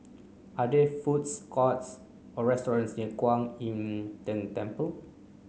are there food courts or restaurants near Kwan Im Tng Temple